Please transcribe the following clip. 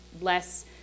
less